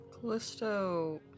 Callisto